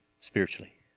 spiritually